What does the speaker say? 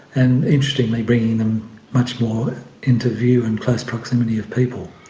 and interestingly bringing them much more into view and close proximity of people.